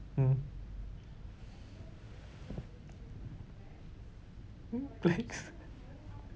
mm mm planks